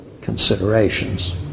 considerations